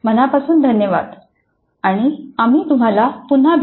मनापासून धन्यवाद आणि आम्ही तुम्हाला पुन्हा भेटू